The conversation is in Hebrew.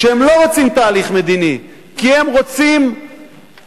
כשהם לא רוצים תהליך מדיני כי הם רוצים להגיע